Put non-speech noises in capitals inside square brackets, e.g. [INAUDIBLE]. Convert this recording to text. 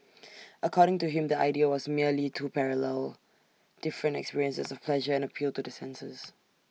according to him the idea was merely to parallel different experiences of pleasure and [NOISE] appeal to the senses [NOISE]